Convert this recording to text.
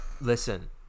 Listen